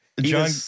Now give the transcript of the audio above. John